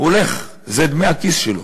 הוא הולך, זה דמי הכיס שלו.